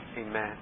Amen